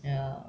ya